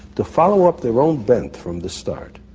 to follow up their own bent from the start.